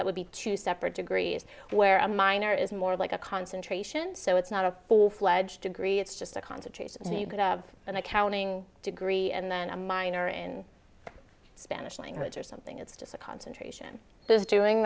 that would be two separate degrees where a minor is more like a concentration so it's not a full fledged degree it's just a concentration so you could have an accounting degree and then a minor in spanish language or something it's just a concentration those doing